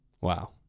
Wow